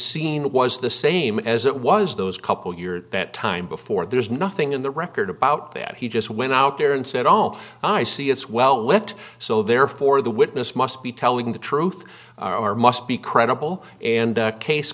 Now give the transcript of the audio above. scene was the same as it was those couple years at that time before there's nothing in the record about that he just went out there and said all i see it's well let so therefore the witness must be telling the truth are must be credible and case